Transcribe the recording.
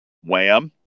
Wham